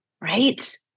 right